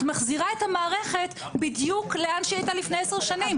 את מחזירה את המערכת בדיוק לאן שהיא הייתה לפני 10 שנים.